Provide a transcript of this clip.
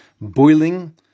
boiling